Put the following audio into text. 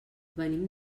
venim